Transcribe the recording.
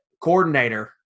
coordinator